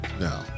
no